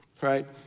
Right